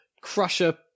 crusher